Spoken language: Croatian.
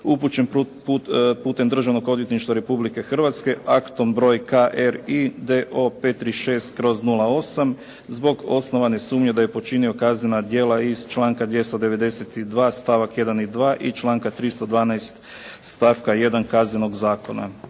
upućen putem Državnog odvjetništva Republike Hrvatske aktom broj KRIDO 536/08 zbog osnovane sumnje da je počinio kaznena djela iz članka 292. stavak 1. i 2. i članka 312. stavka 1. Kaznenog zakona.